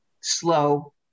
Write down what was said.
slow